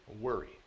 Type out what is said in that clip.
worry